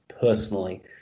personally